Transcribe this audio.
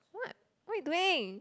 what what you doing